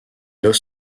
los